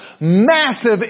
massive